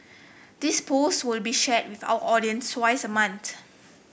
this post will be shared with our audience twice a month